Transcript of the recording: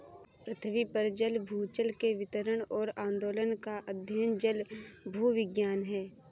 पृथ्वी पर जल भूजल के वितरण और आंदोलन का अध्ययन जलभूविज्ञान है